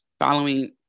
following